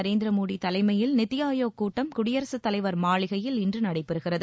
நரேந்திர மோதி தலைமையில் நித்தி ஆயோக் கூட்டம் குடியரசுத் தலைவர் மாளிகையில் இன்று நடைபெறுகிறது